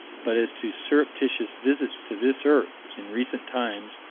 but as to surreptitious visits to this earth, in recent times,